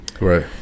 Right